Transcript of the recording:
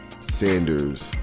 Sanders